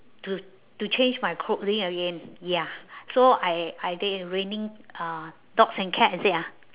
to to change my clothing again ya so I I think raining uh dogs and cats is it ah